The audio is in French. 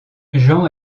jean